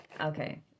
okay